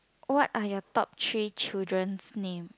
what are your top three children's name